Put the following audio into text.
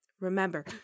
Remember